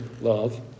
love